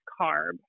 CARB